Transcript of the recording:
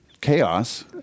Chaos